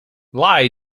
lai